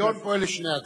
ההיגיון פועל לשני הצדדים: